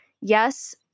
yes